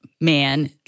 man